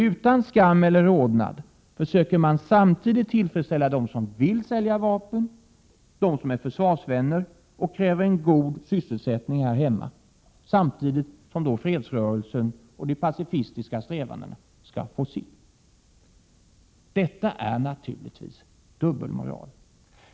Utan skam eller rodnad försöker man samtidigt tillfredsställa dem som vill sälja vapen, dem som är försvarsvänner och dem som kräver en god sysselsättning här hemma — detta alltså samtidigt som fredsrörelsen och de pacifistiska strävandena måste få sitt. Detta är naturligtvis dubbelmoral.